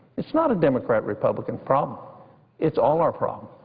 it's not a democrat-republican problem. it's all our problem.